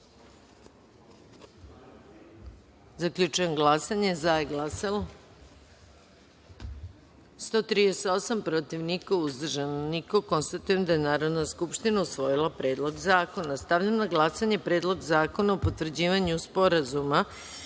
celini. Zaključujem glasanje: za – 138, protiv – niko, uzdržanih – nema. Konstatujem da je Narodna skupština usvojila Predlog zakona. Stavljam na glasanje Predlog zakona o potvrđivanju Sporazuma